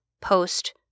post